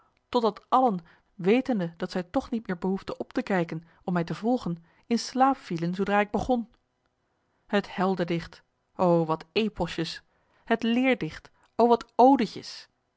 totdat allen wetende dat zij toch niet meer behoefden op te kijken om mij te volgen in slaap vielen zoodra ik begon het heldendicht o wat eposjes het leerdicht o wat odetjes